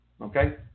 Okay